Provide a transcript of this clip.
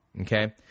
Okay